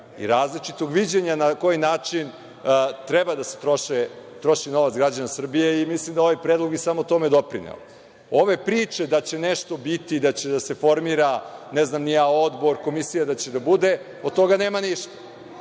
i različitog viđenja na koji način treba da se troši novac građana Srbije. Mislim da bi ovaj predlog samo tome doprineo. Ove priče da će nešto biti da će da se formira, ne znam ni ja, odbor, komisija, da će da bude, od toga nema ništa.